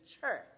church